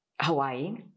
hawaii